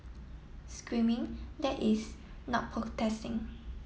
screaming that is not protesting